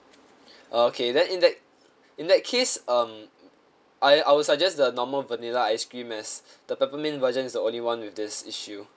uh okay then in that in that case um I I would suggest the normal vanilla ice cream as the peppermint version is the only one with this issue